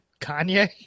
Kanye